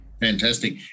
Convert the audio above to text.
Fantastic